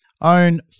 Own